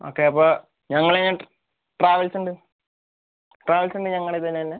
okay അപ്പൊൾ ഞങ്ങള് ട്രാവൽസുണ്ട് ട്രാവൽസുണ്ട് ഞങ്ങളുടെ ഇതിന് തന്നെ